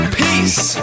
peace